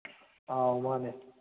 ꯑꯧ ꯃꯥꯅꯦ